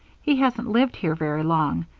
he hasn't lived here very long,